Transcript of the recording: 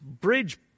bridge